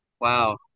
Wow